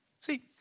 See